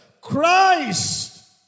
Christ